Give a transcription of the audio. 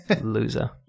Loser